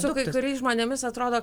su kai kuriais žmonėmis atrodo